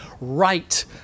right